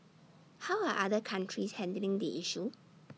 how are other countries handling the issue